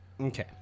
Okay